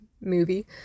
movie